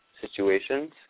situations